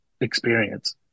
experience